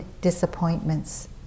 disappointments